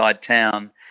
town